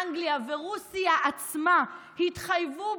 אנגליה ורוסיה עצמה התחייבו,